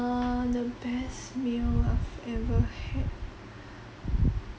err the best meal I've ever had